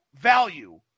value